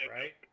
right